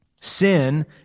Sin